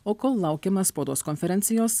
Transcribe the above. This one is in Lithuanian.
o kol laukiama spaudos konferencijos